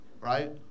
Right